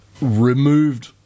removed